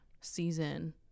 season